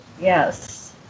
Yes